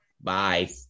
Bye